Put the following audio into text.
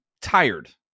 tired